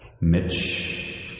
Mitch